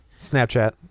Snapchat